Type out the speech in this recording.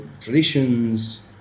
traditions